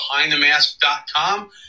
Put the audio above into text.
BehindTheMask.com